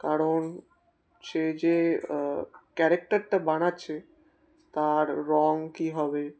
কারণ সে যে ক্যারেক্টারটা বানাচ্ছে তার রং কী হবে